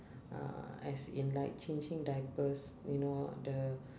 uh as in like changing diapers you know the